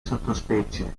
sottospecie